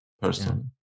personally